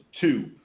Two